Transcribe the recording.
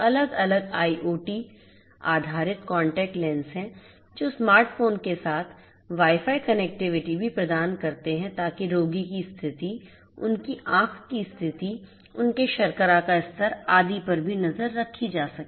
अलग अलग आईओटी आधारित कांटेक्ट लेंस हैं जो स्मार्ट फोन के साथ वाई फाई कनेक्टिविटी भी प्रदान करते हैं ताकि रोगी की स्थिति उनकी आंख की स्थिति उनके शर्करा के स्तर आदि पर भी नजर रखी जा सके